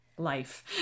life